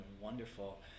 wonderful